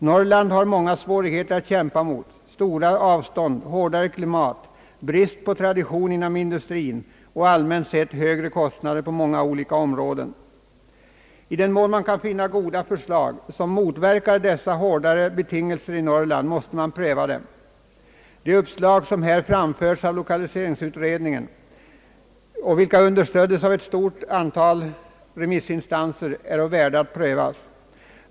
Norrland har många svårigheter att kämpa mot — stora avstånd, hårdare klimat, brist på tradition inom industrin och allmänt högre kostnader på olika områden. I den mån man kan finna goda förslag som motverkar de hårdare betingelserna i Norrland måste man pröva dem. De uppslag som här framförts av lokaliseringsutredningen och som understötts av flera remissinstanser är värda att pröva.